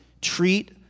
treat